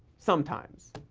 sometimes.